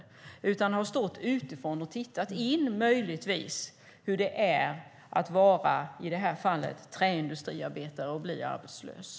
Hon har möjligtvis stått utanför och tittat in på hur det är att vara, som i det här fallet, träindustriarbetare och bli arbetslös.